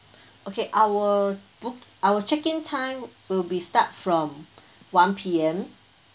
okay our book our check in time will be start from one P_M